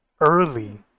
Early